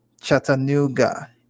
Chattanooga